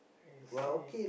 I see